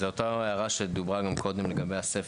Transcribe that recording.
זאת אותה ההערה שדוברה גם קודם לגבי הספח.